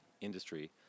industry